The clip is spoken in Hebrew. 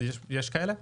ויש כאלה?